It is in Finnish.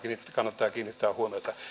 kannattaa kiinnittää huomiota